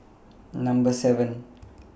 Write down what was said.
seven